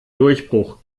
durchbruch